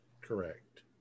Correct